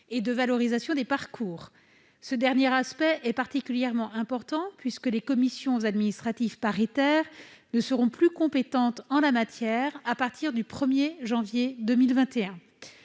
et de valorisation des parcours. Ce dernier aspect est particulièrement important, puisque les commissions administratives paritaires ne seront plus compétentes en la matière à partir du 1 janvier